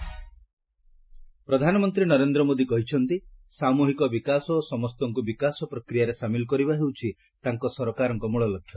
PM ଜୟପ୍ନର ପ୍ରଧାନମନ୍ତ୍ରୀ ନରେନ୍ଦ୍ର ମୋଦି କହିଛନ୍ତି ସାମ୍ବହିକ ବିକାଶ ଓ ସମସ୍ତଙ୍କୁ ବିକାଶ ପ୍ରକ୍ରିୟାରେ ସାମିଲ୍ କରିବା ହେଉଛି ତାଙ୍କ ସରକାରଙ୍କ ମ୍ରଳଲକ୍ଷ୍ୟ